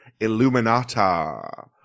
Illuminata